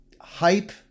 hype